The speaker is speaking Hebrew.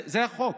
זה החוק.